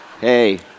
Hey